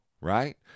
right